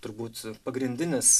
turbūt pagrindinis